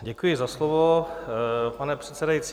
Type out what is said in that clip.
Děkuji za slovo, pane předsedající.